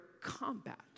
combat